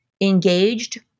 engaged